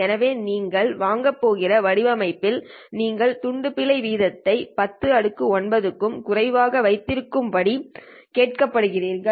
எனவே நீங்கள் வாங்கப் போகிற வடிவமைப்பில் நீங்கள் துண்டு பிழை வீதத்தை 10 9 க்கும் குறைவாக வைத்திருக்கும்படி கேட்கப்படுகிறீர்கள்